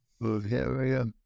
Bulgaria